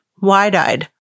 wide-eyed